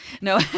no